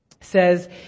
says